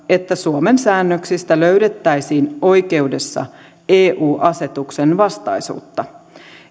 että suomen säännöksistä löydettäisiin oikeudessa eu asetuksen vastaisuutta